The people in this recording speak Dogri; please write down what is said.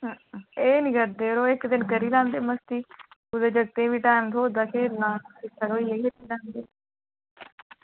एह् निं करदे यरो इक्क दिन करी लैंदे मस्ती कुदै जागतें गी बी टैम थ्होआ दा खेलना